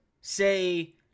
say